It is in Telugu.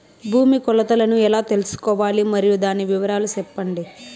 భూమి కొలతలను ఎలా తెల్సుకోవాలి? మరియు దాని వివరాలు సెప్పండి?